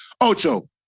Ocho